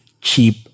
cheap